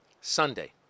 Sunday